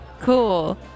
Cool